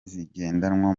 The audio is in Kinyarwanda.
zigendanwa